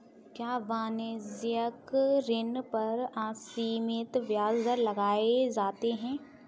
क्या वाणिज्यिक ऋण पर असीमित ब्याज दर लगाए जाते हैं?